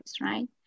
right